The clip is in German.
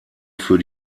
für